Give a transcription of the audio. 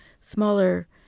smaller